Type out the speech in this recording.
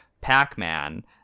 Pac-Man